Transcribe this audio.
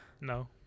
No